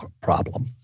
problem